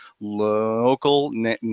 local